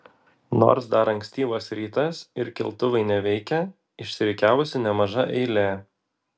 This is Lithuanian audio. nors dar ankstyvas rytas ir keltuvai neveikia išsirikiavusi nemaža eilė